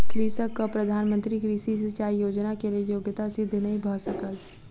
कृषकक प्रधान मंत्री कृषि सिचाई योजना के लेल योग्यता सिद्ध नै भ सकल